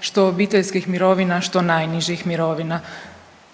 što obiteljskih mirovina što najnižih mirovina